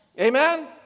amen